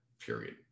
period